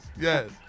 yes